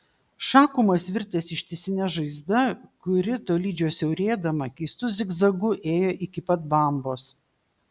šakumas virtęs ištisine žaizda kuri tolydžio siaurėdama keistu zigzagu ėjo iki pat bambos